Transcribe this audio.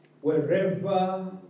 wherever